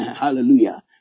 Hallelujah